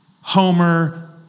Homer